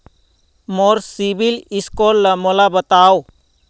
मोर CIBIL score ला मोला बताव?